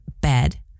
bed